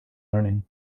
learning